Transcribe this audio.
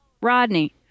Rodney